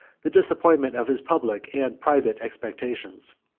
the disappointment of his public and private expectations.